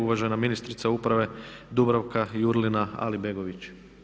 Uvažena ministrica uprave Dubravka Jurlina Alibegović.